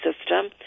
system